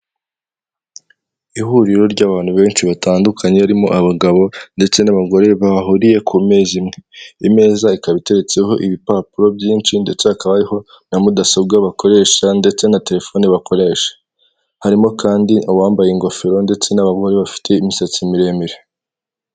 Ihuriro ry'abantu benshi batandukanye barimo abagabo ndetse n'abagore bahuriye ku mezi imwe, imeza ikaba iteretseho ibipapuro byinshi ndetse hakaba hariho na mudasobwa bakoresha ndetse na telefoni bakoresha harimo kandi abambaye ingofero ndetse n'abagore bafite imisatsi miremire.